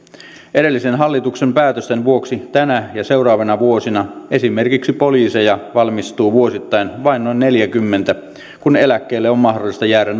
edellisen hallituksen päätösten vuoksi tänä vuonna ja seuraavina vuosina esimerkiksi poliiseja valmistuu vuosittain vain noin neljäkymmentä kun noin kolmensadan on mahdollista jäädä